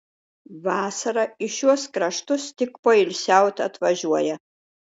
vasarą į šiuos kraštus tik poilsiaut atvažiuoja